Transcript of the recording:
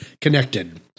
connected